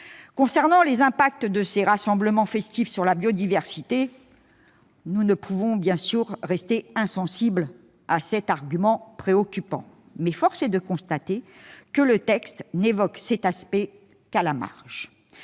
concerne les impacts de ces rassemblements festifs sur la biodiversité, nous ne pouvons bien sûr rester insensibles à cette question préoccupante, mais force est de constater que le texte ne l'évoque qu'à la marge.